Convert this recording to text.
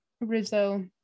Rizzo